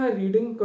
reading